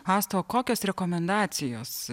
asta o kokios rekomendacijos